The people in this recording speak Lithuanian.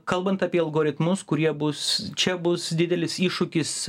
kalbant apie algoritmus kurie bus čia bus didelis iššūkis